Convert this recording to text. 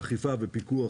אכיפה ופיקוח,